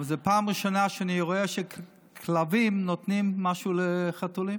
אבל זה פעם ראשונה שאני רואה שכלבים נותנים משהו לחתולים.